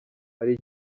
hari